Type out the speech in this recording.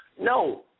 No